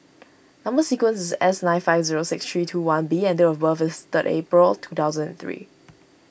Number Sequence is S nine five zero six three two one B and date of birth is third April two thousand and three